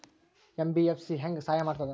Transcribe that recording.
MBFC ಹೆಂಗ್ ಸಹಾಯ ಮಾಡ್ತದ?